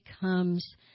becomes